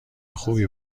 خوبی